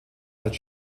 als